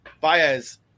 Baez